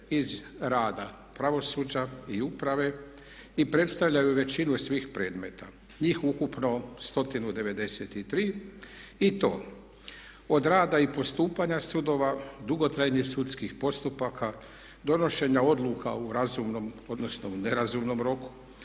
iz rada pravosuđa i uprave i predstavljaju većinu svih predmeta. Njih ukupno 193 i to od rada i postupanja sudova, dugotrajnih sudskih postupaka, donošenja odluka u razumnom, odnosno u nerazumnom roku,